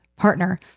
partner